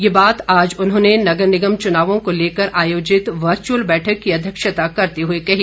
ये बात आज उन्होंने नगर निगम चुनावो को लेकर आयोजित वर्चुअल बैठक की अध्यक्षता करते हुए कही